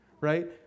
right